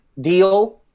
deal